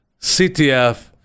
CTF